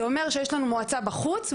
זה אומר שיש לנו מועצה בחוץ,